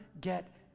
get